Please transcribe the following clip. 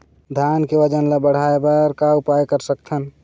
धान के वजन ला बढ़ाएं बर का उपाय कर सकथन?